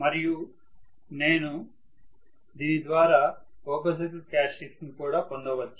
మరియు నేను దీని ద్వారా ఓపెన్ సర్క్యూట్ క్యారెక్టర్స్టిక్స్ ని కూడా పొందవచ్చు